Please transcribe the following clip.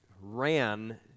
ran